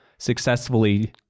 successfully